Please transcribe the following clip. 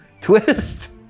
twist